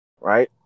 right